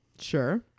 Sure